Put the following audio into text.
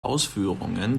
ausführungen